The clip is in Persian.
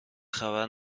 خبر